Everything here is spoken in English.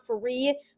free